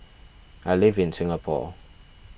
I live in Singapore